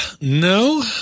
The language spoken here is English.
no